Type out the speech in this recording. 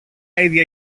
ίδια